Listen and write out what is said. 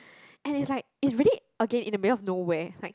and it's like it's really again in the middle of nowhere like